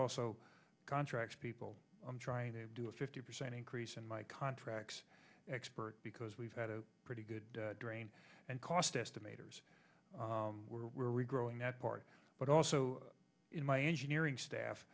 also contracts people trying to do a fifty percent increase in my contracts expert because we've had a pretty good drain and cost estimate hers were regrowing that part but also in my engineering staff